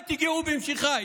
אל תגעו במשיחיי.